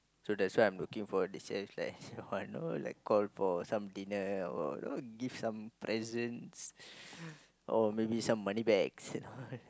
so that's why I'm looking for know like call for some dinner or you know give some presents or maybe some money back you know